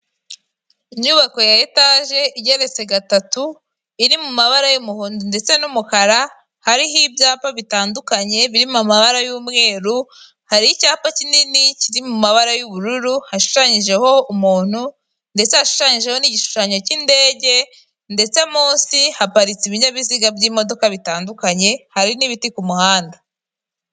Inyubako ya etage igeretse gatatu iri mu mabara y'umuhondo ndetse n'umukara hariho ibyapa bitandukanye biri mu mabara y'umweru, hari icyapa kinini kiri mu mabara y'ubururu hashushanyijeho umuntu ndetse hashushanyijeho n'igishushanyo cy'indege, ndetse munsi haparitse ibinyabiziga by'imodoka bitandukanye hari n'ibiti ku muhanda.